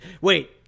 Wait